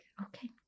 Okay